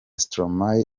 stromae